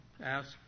ask